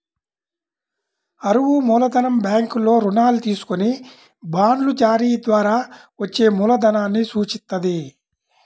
అరువు మూలధనం బ్యాంకుల్లో రుణాలు తీసుకొని బాండ్ల జారీ ద్వారా వచ్చే మూలధనాన్ని సూచిత్తది